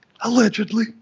allegedly